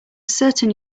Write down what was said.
certain